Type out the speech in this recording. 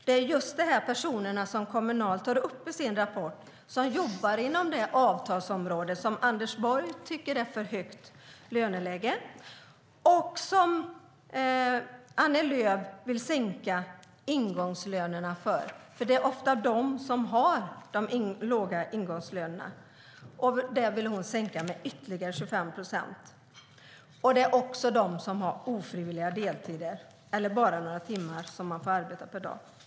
Det är just de personerna som Kommunal tar upp i sin rapport som jobbar inom det avtalsområde där Anders Borg tycker att det är för högt löneläge och som Annie Lööf vill sänka ingångslönerna för. Det är ofta de som har de låga ingångslönerna. De vill hon sänka med ytterligare 25 procent. Det är också de som har ofrivilliga deltider eller bara några timmar som de får arbeta per dag.